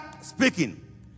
speaking